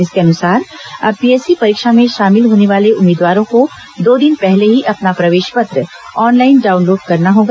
इसके अनुसार अब पीएससी परीक्षा में शामिल होने वाले उम्मीदवारों को दो दिन पहले ही अपना प्रवेश पत्र ऑनलाइन डाउनलोड करना होगा